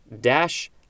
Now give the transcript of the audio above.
dash